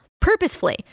purposefully